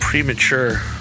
premature